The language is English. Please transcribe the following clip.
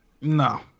No